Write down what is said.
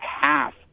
half